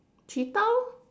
cheetah lor